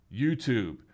YouTube